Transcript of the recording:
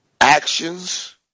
actions